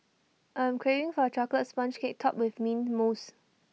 I am craving for A Chocolate Sponge Cake Topped with Mint Mousse